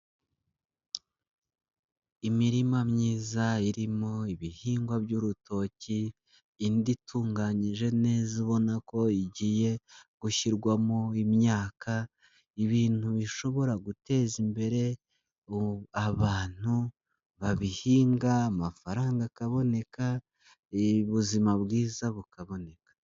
Imirima myiza irimo ibihingwa by'urutoki, indi itunganyije neza ubona ko igiye gushyirwamo imyaka, ibintu bishobora guteza imbere abantu babihinga amafaranga akaboneka, ubuzima bwiza bukaboneka.